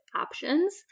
options